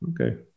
Okay